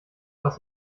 was